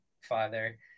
father